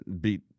beat